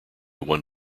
one